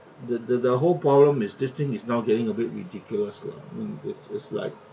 the the the whole problem is this thing is now getting a bit ridiculous lah mm it's it's like